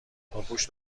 پاپوش